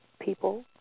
People